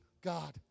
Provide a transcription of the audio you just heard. God